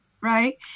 right